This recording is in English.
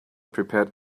prepared